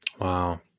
Wow